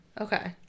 Okay